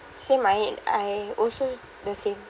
so my~ I also the same